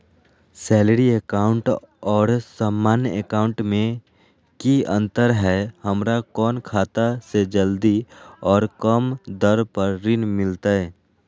Salary account और सामान्य account मे की अंतर है हमरा कौन खाता से जल्दी और कम दर पर ऋण मिलतय?